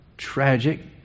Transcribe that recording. tragic